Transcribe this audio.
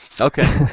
Okay